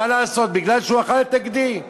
מה לעשות, בגלל שהוא אכל את הגדי,